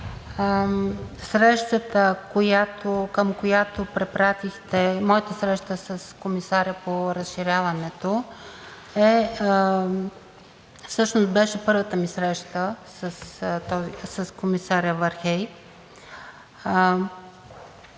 срещата, към която препратихте, моята среща с комисаря по разширяването всъщност беше първата ми среща с комисаря Вархеи.